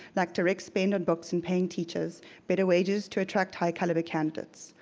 like to expand on books and paying teachers better wages to attract high caliber candidates.